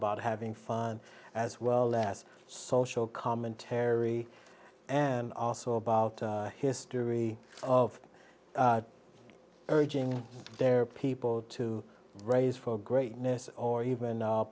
about having fun as well less social commentary and also about history of urging their people to raise for greatness or even